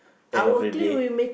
end of the day